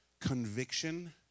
conviction